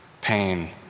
pain